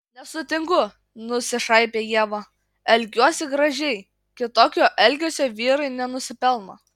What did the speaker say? nesutinku nusišaipė ieva elgiuosi gražiai kitokio elgesio vyrai nenusipelno